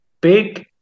big